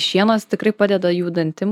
šienas tikrai padeda jų dantim